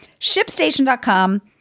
ShipStation.com